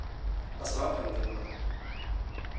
ᱯᱟᱥᱱᱟᱣᱚᱜ ᱠᱟᱱ ᱛᱟᱵᱳᱱᱟ